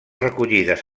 recollides